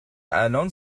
الان